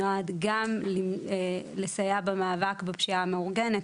נועד גם לסייע במאבק בפשיעה המאורגנת,